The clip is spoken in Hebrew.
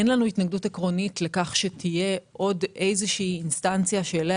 אין לנו התנגדות עקרונית לכך שתהיה עוד איזושהי אינסטנציה שאליה